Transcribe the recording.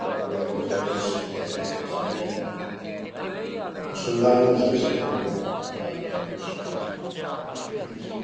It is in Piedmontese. ma cule coze li sintetiche, a sun a sun danuze secund mi për për nost fisich, për tüti i fisich